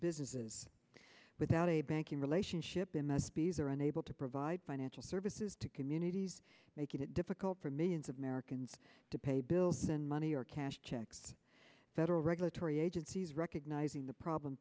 businesses without a banking relationship in most bees are unable to provide financial services to communities making it difficult for millions of americans to pay bills and money or cash checks federal regulatory agencies recognizing the problem